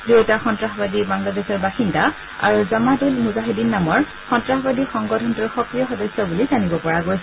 দুয়োটা সন্ত্ৰাসবাদী বাংলাদেশৰ বাসিন্দা আৰু জামাত উল মুজাহিদিন নামৰ সন্ত্ৰাসবাদী সংগঠনটোৰ সক্ৰিয় সদস্য বুলি জানিব পৰা গৈছে